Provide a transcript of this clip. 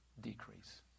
decrease